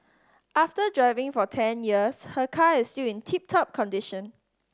after driving for ten years her car is still in tip top condition